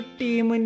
team